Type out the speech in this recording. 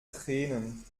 tränen